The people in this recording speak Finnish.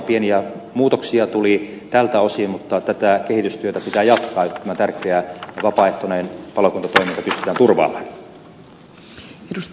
pieni muutoksia tuli tältä osin mutta tätä kehitystyötä pitää jatkaa että tämä tärkeä ja vapaaehtoinen palokuntatoiminta pystytään turvaamaan